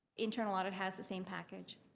internal audit has the same package.